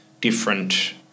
different